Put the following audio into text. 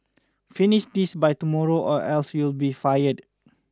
finish this by tomorrow or else you'll be fired